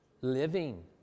living